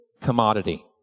commodity